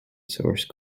source